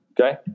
Okay